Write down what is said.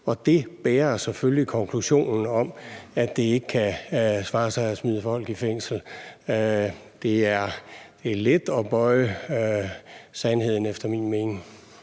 og at det selvfølgelig bærer konklusionen om, at det ikke kan svare sig at smide folk i fængsel. Det er efter min mening